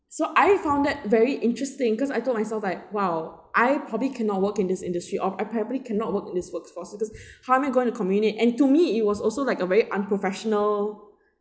so I found that very interesting cause I told myself like !wow! I probably cannot work in this industry or I apparently cannot work in this workforce because how am I going to communicate and to me it was also like a very unprofessional